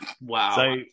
Wow